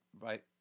right